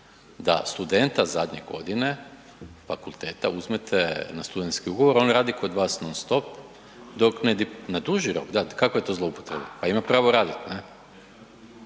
da studenta zadnje godine fakulteta uzmete na studentski ugovor, on radi kod vas non stop dok, na duži rok, kakva je to zloupotreba, pa ima pravo radit, ne,